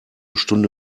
stunde